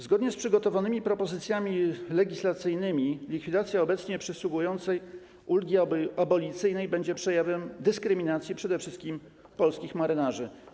Zgodnie z przygotowanymi propozycjami legislacyjnymi likwidacja obecnie przysługującej ulgi abolicyjnej będzie przejawem dyskryminacji przede wszystkim polskich marynarzy.